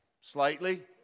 slightly